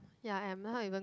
ya I am not even close to her